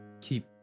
keep